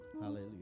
hallelujah